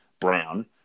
brown